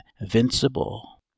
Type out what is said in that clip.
Invincible